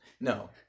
no